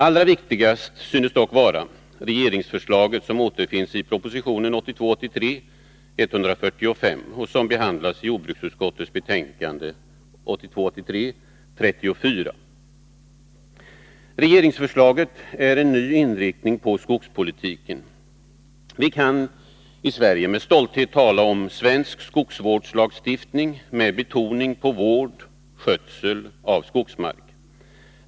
Allra viktigast synes dock vara det regeringsförslag som återfinns i de 1982 skötsel av skogsmark.